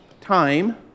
time